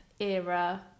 era